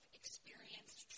experienced